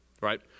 right